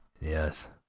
Yes